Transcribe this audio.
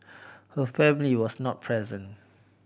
her family was not present